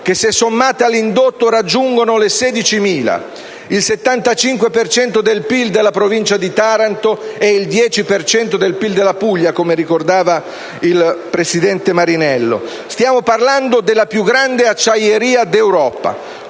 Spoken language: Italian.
che, se sommate all'indotto, raggiungono le 16.000, il 75 per cento del PIL della provincia di Taranto e il 10 per cento del PIL della Puglia (come ricordato dal senatore Marinello). Stiamo parlando della più grande acciaieria d'Europa,